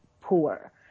poor